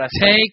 take